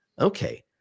okay